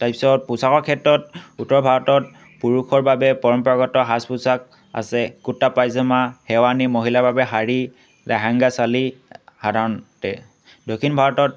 তাৰপিছত পোচাকৰ ক্ষেত্ৰত উত্তৰ ভাৰতত পুৰুষৰ বাবে পৰম্পৰাগত সাজ পোছাক আছে কুৰ্তা পাইজামা সেৰৱানী মহিলাৰ বাবে শাৰী লেহেংগা চালী সাধাৰণতে দক্ষিণ ভাৰতত